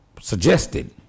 suggested